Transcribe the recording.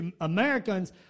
Americans